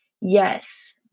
yes